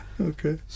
Okay